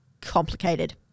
complicated